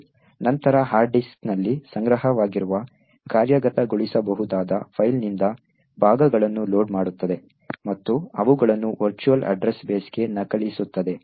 ಅದು ನಂತರ ಹಾರ್ಡ್ ಡಿಸ್ಕ್ನಲ್ಲಿ ಸಂಗ್ರಹಮೆಮೊರಿವಾಗಿರುವ ಕಾರ್ಯಗತಗೊಳಿಸಬಹುದಾದ ಫೈಲ್ನಿಂದ ಭಾಗಗಳನ್ನು ಲೋಡ್ ಮಾಡುತ್ತದೆ ಮತ್ತು ಅವುಗಳನ್ನು ವರ್ಚುವಲ್ ಅಡ್ರೆಸ್ ಬೇಸ್ಗೆ ನಕಲಿಸುತ್ತದೆ